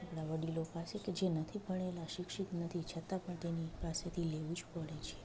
આપણા વડીલો પાસે કે જે નથી ભણેલાં શિક્ષિત નથી છતાં પણ તેની પાસેથી લેવું જ પડે છે